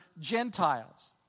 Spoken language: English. Gentiles